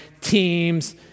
teams